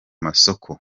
masoko